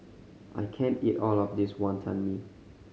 I can't eat all of this Wonton Mee